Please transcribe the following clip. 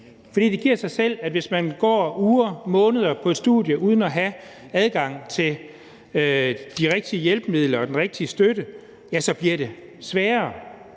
studiet. Det giver sig selv, at hvis man går uger, måneder på et studie uden at have adgang til de rigtige hjælpemidler og den rigtige støtte, bliver det sværere,